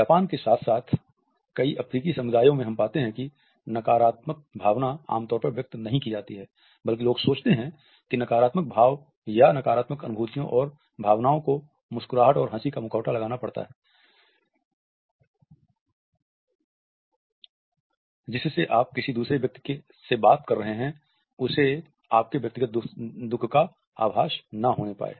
Japan के साथ साथ कई अफ्रीकी समुदायों में हम पाते हैं कि नकारात्मक भावना आम तौर पर व्यक्त नहीं की जाती है बल्कि लोग सोचते हैं कि नकारात्मक भाव या नकारात्मक अनुभूतियो और भावनाओं को मुस्कुराहट और हंसी का मुखौटा लगाना पड़ता है जिससे कि आप जिस दूसरे व्यक्ति से बात कर रहे हैं उसे आपके व्यक्तिगत दुःख का आभाष न होने पाए